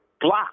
block